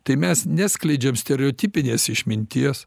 tai mes neskleidžiam stereotipinės išminties